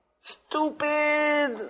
Stupid